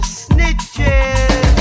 snitches